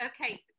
Okay